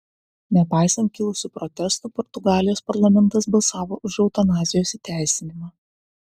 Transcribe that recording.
nepaisant kilusių protestų portugalijos parlamentas balsavo už eutanazijos įteisinimą